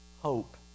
hope